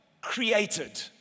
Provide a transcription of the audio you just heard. created